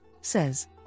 says